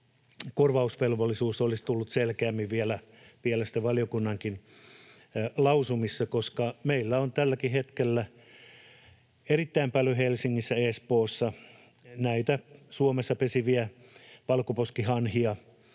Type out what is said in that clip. korvausvelvollisuudesta olisi tullut selkeämmin vielä valiokunnankin lausumissa, koska meillä on tälläkin hetkellä erittäin paljon Helsingissä ja Espoossa näitä Suomessa pesiviä valkoposkihanhia,